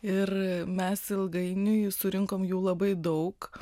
ir mes ilgainiui surinkom jų labai daug